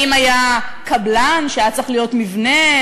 האם היה קבלן שהיה צריך לבנות מבנה,